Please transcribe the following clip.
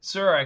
Sir